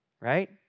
right